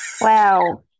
wow